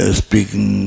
speaking